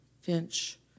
Finch